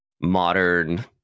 modern